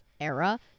era